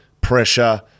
pressure